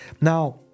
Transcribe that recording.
Now